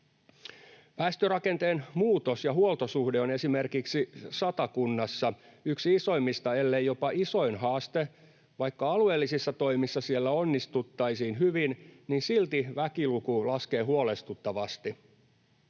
Väestörakenteen muutos ja huoltosuhde on esimerkiksi Satakunnassa yksi isoimmista ellei jopa isoin haaste. Vaikka alueellisissa toimissa siellä onnistuttaisiin hyvin, silti väkiluku laskee huolestuttavasti.